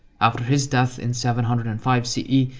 after his death in seven hundred and five ce,